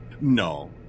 No